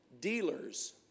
dealers